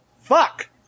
Fuck